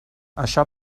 això